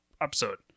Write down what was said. episode